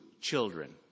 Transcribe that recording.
children